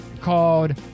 called